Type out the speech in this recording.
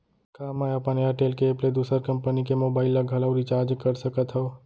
का मैं अपन एयरटेल के एप ले दूसर कंपनी के मोबाइल ला घलव रिचार्ज कर सकत हव?